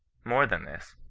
more than this,